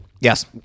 Yes